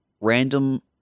Random